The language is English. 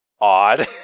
odd